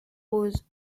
roses